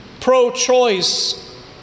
pro-choice